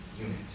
unit